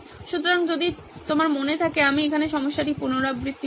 সুতরাং যদি আপনার মনে থাকে আমি এখানে সমস্যাটি পুনরাবৃত্তি করব